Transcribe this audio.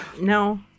No